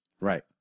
Right